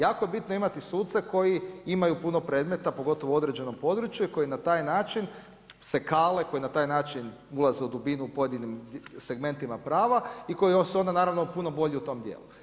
Jako je bitno imati suce koji imaju puno predmeta, pogotovo u određenom području koji na taj način se kale, koji na taj način ulaze u dubinu u pojedinim segmentima prava i koje su onda naravno puno bolji u tom dijelu.